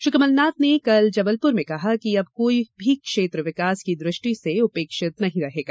श्री कमल नाथ ने कल जबलप्र में कहा कि अब कोई भी क्षेत्र विकास की दृष्टि से उपेक्षित नहीं रहेगा